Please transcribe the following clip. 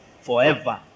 forever